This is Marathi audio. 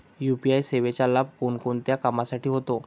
यू.पी.आय सेवेचा लाभ कोणकोणत्या कामासाठी होतो?